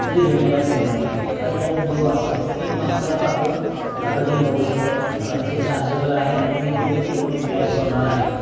जे रिडिंग आहे समजा काही अगर डिव असलं तर तुम्ही माणसाला पाठवून रिडिंग बघू शकता कारण जे चार्जेबल आहेत मी पेड करून फ्लॅट सोडणार आहे